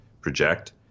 project